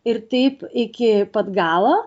ir taip iki pat galo